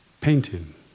Painting